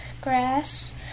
grass